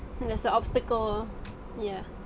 and there's a obstacle ya